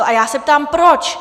A já se ptám proč.